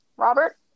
Robert